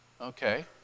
Okay